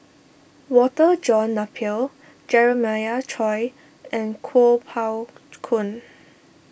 Walter John Napier Jeremiah Choy and Kuo Pao Kun